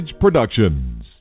Productions